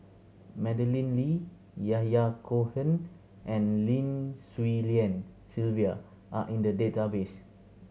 Madeleine Lee Yahya Cohen and Lim Swee Lian Sylvia are in the database